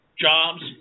jobs